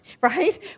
Right